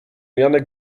janek